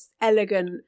elegant